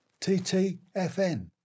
TTFN